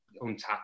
untapped